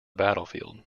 battlefield